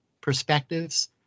Perspectives